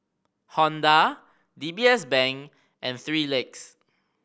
Honda D B S Bank and Three Legs